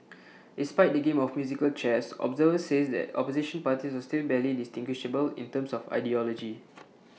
despite the game of musical chairs observers says the opposition parties are still barely distinguishable in terms of ideology